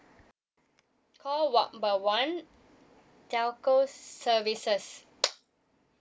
call number one telco services